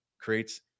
creates